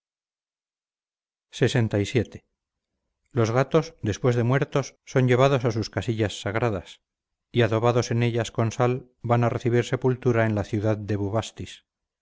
lxvii los gatos después de muertos son llevados a sus casillas sagradas y adobados en ellas con sal van a recibir sepultura en la ciudad de